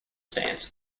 stance